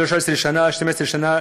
13-12 שנה.